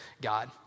God